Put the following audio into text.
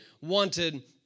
wanted